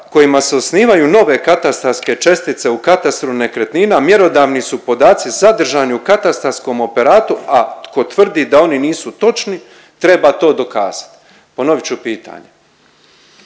kojima se osnivaju nove katastarske čestice u Katastru nekretnina mjerodavni su podaci zadržani u katastarskom operatu, a tko tvrdi da oni nisu točni treba to dokazati. Ponovit ću pitanje,